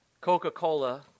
Coca-Cola